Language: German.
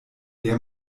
der